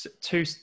two